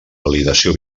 validació